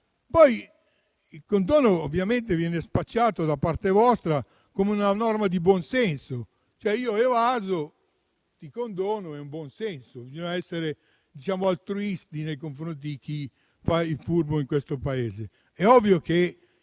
Il condono ovviamente viene spacciato da parte vostra come una norma di buonsenso: io evado e il condono è buonsenso. Bisogna essere altruisti nei confronti di chi fa il furbo in questo Paese: